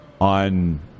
on